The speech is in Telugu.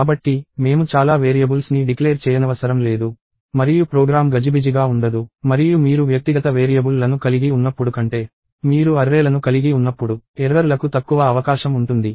కాబట్టి మేము చాలా వేరియబుల్స్ ని డిక్లేర్ చేయనవసరం లేదు మరియు ప్రోగ్రామ్ గజిబిజిగా ఉండదు మరియు మీరు వ్యక్తిగత వేరియబుల్లను కలిగి ఉన్నప్పుడు కంటే మీరు అర్రేలను కలిగి ఉన్నప్పుడు ఎర్రర్లకు తక్కువ అవకాశం ఉంటుంది